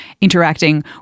interacting